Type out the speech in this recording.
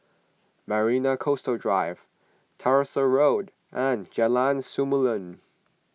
Marina Coastal Drive Tyersall Road and Jalan Samulun